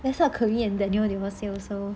that's what kerwin and daniel will say also